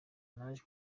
naje